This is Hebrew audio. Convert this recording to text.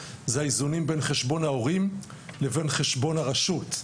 זה האיזונים בין חשבון ההורים לבין חשבון הרשות.